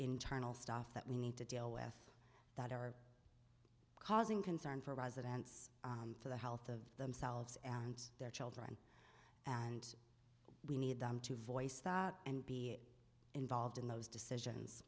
internal stuff that we need to deal with that are causing concern for residents for the health of themselves and their children and we need them to voice and be involved in those decisions